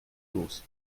los